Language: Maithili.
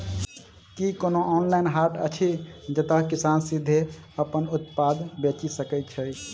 की कोनो ऑनलाइन हाट अछि जतह किसान सीधे अप्पन उत्पाद बेचि सके छै?